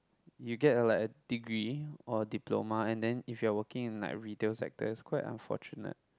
you get a like a degree or diploma and then if you are working in like readers like this quite unfortunate